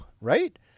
right